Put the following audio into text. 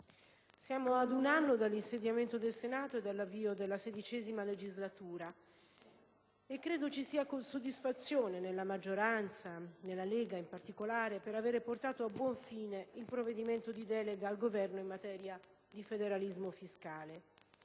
siamo ad un anno dall'insediamento del Senato e dall'avvio della XVI legislatura e credo ci sia soddisfazione nella maggioranza, nella Lega in particolare, per aver portato a buon fine il provvedimento di delega al Governo in materia di federalismo fiscale.